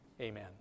Amen